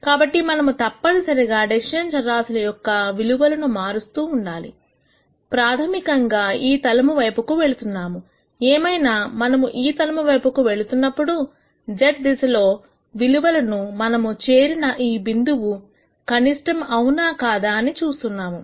కాబట్టి మనము తప్పనిసరిగా డెసిషన్ చరరాశుల యొక్క విలువలను మారుస్తూ ఉండాలి ప్రాథమికంగా ఈ తలము వైపుకు వెళుతున్నాము ఏమైనా మనము ఈ తలము వైపు వెళ్తున్నప్పుడు z దిశలో విలువలను మనము చేరిన ఈ బిందువు కనిష్టం అవునా కాదా అని చూస్తున్నాము